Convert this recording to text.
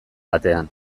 batean